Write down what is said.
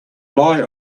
lie